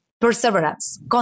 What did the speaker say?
perseverance